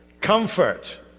Comfort